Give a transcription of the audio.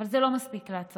אבל זה לא מספיק לעצור